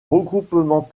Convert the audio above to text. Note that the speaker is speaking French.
regroupement